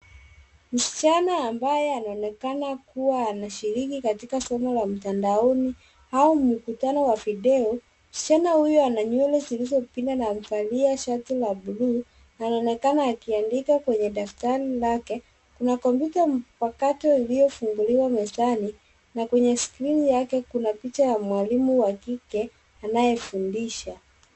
Msichana ambaye anaonekana kuwa anashiriki katika somo la mtandaoni au mkutano wa video. Msichana huyo ana nywele zilizopinda na amevalia shati la blue , na anaonekana akiandika kwenye daftari lake. Kuna kompyuta mpakato iliyofunguliwa mezani na kwenye skrini yake kuna picha ya mwalimu wa kike anayefundisha.